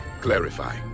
Clarify